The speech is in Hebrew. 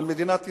של מדינת ישראל.